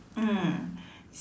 mm